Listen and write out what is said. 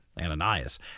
Ananias